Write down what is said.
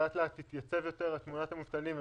כשתתייצב יותר תמונת המובטלים,